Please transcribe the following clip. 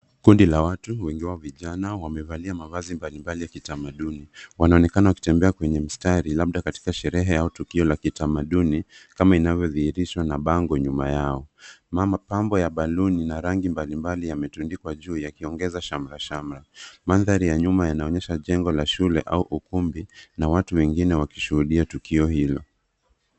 Kundi la watu, wengi wao vijana, wamevalia mavazi mbalimbali ya kitamaduni. Wanaonekana wakitembea kwenye mstari, labda katika sherehe au tukio la kitamaduni kama inavyodhihirishwa na bango nyuma yao. Mapambo ya baluni ina rangi mbalimbali imetundikwa juu, yakiongeza shamra shamra. Mandhari ya nyuma yanaonyesha jengo la shule au ukumbi, na watu wengine wakishuhudia tukio hilo.